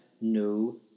no